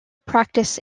practice